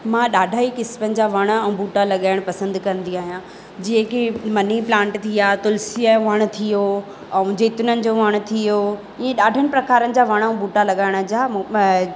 मां ॾाढाई जा वण ऐं बूटा लॻाइणु पसंदि कंदी आहियां जीअं कि मनी प्लांट थी विया तुलसी जो वणु थी वियो ऐं जेतननि जो वणु थी वियो ईअं ॾाढानि प्रकारनि जा वण बूटा लॻाइण जा